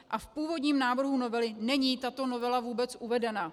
A v původním návrhu novely není tato novela vůbec uvedena.